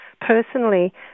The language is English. personally